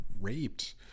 raped